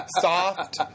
Soft